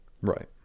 Right